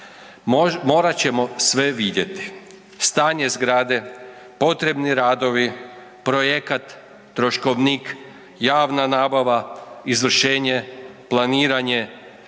morat ćemo sve vidjeti, stanje zgrade, potrebni radovi, projekat, troškovnik, javna nabava, izvršenje, planiranje,